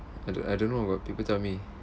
I don't I don't know got people tell me